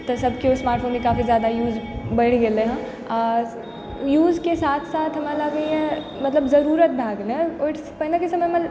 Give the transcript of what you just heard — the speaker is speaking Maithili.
तऽ सब केओ स्मार्ट फोनके काफी जादा यूज बढ़ि गेलय हइ यूजके साथ साथ हमरा लागइए मतलब जरूरत भए गेलइए ओइ पहिनेके समयमे